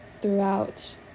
throughout